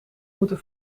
moeten